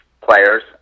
players